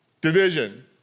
division